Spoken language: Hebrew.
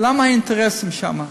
מה האינטרסים שם.